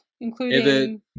including